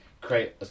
create